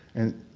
and,